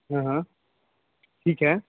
हाँ हाँ ठीक है